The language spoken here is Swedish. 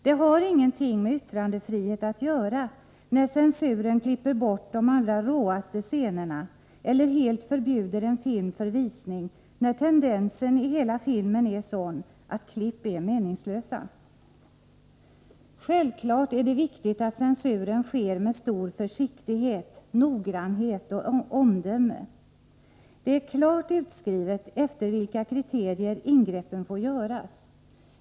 Det har ingenting med yttrandefrihet att göra när censuren klipper bort de allra råaste scenerna eller helt förbjuder en film för visning när tendensen i hela filmen är sådan att klipp är meningslösa. Självfallet är det viktigt att censuren sker med stor försiktighet, noggrannhet och omdöme. Det är klart utskrivet efter vilka kriterier ingreppen får göras.